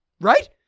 right